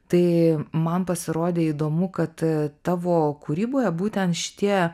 tai man pasirodė įdomu kad tavo kūryboje būtent šitie